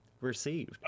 received